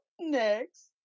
next